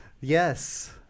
Yes